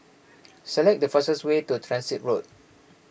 select the fastest way to Transit Road